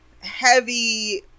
heavy